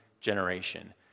generation